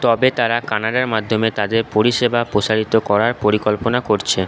তবে তারা কানাডার মাধ্যমে তাদের পরিষেবা প্রসারিত করার পরিকল্পনা করছে